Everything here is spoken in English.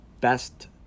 best